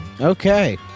Okay